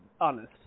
honest